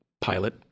pilot